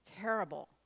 terrible